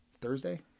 Thursday